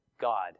God